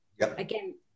Again